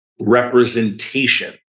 representation